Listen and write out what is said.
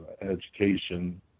education